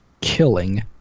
killing